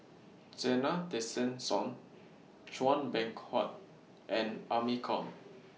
Zena Tessensohn Chua Beng Huat and Amy Khor